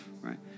Right